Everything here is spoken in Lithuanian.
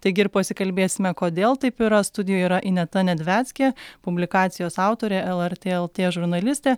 taigi ir pasikalbėsime kodėl taip yra studijoj yra ineta nedveckė publikacijos autorė lrt lt žurnalistė